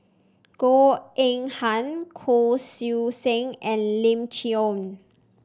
Goh Eng Han Kuo Sui Sen and Lim Chee Onn